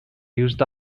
used